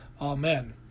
Amen